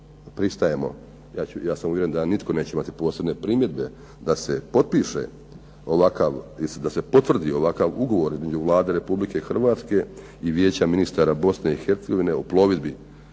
pristajemo, ja sam uvjeren da nitko neće imati posebne primjedbe da se potpiše i potvrdi ovakav ugovor između Vlade Republike Hrvatske i Vijeća ministara Bosne i Hercegovine o plovidbi